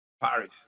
Paris